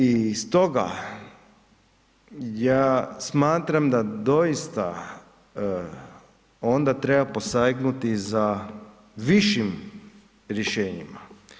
I stoga ja smatram da doista onda treba posegnuti za višim rješenjima.